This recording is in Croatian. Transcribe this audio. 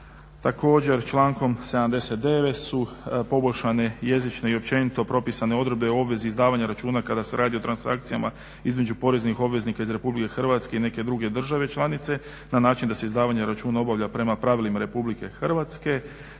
Također člankom 79. su poboljšane jezične i općenito propisane odredbe o obvezi izdavanja računa kada se radi o transakcijama između poreznih obveznika iz Republike Hrvatske i neke druge države članice na način da se izdavanje računa obavlja prema pravilima Republike Hrvatske.